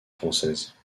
française